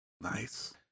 Nice